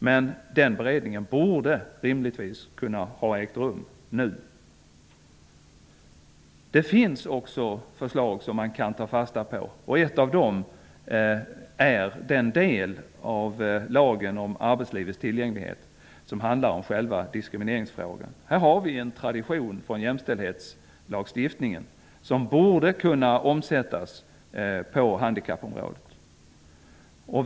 Men den beredningen borde rimligtvis kunna ha ägt rum nu. Det finns också förslag som man kan ta fasta på. Ett av dem är den del av lagen om arbetslivets tillgänglighet som handlar om själva diskriminieringsfrågan. Här har vi en tradition från jämställdhetslagstiftningen som borde kunna omsättas på handikappområdet.